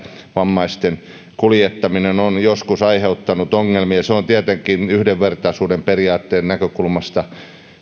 vammaisten kuljettaminen on joskus aiheuttanut ongelmia ja se on tietenkin yhdenvertaisuuden periaatteen näkökulmasta